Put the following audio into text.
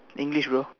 English bro